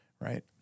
right